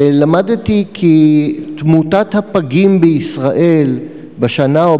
ולמדתי כי תמותת הפגים בישראל בשנה או